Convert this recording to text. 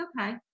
okay